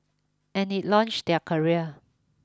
and it launched their career